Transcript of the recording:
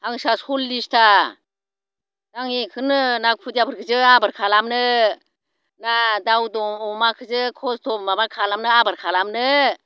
हांसोआ सल्लिसता आं बेखोनो ना खुदियाफोरखौसो आबोर खालामनो ना दाउ दं अमाखौसो खस्त' माबा खालामनो आबोर खालामनो